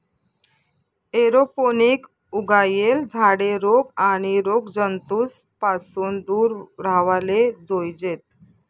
aeroponic उगायेल झाडे रोग आणि रोगजंतूस पासून दूर राव्हाले जोयजेत